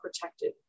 protected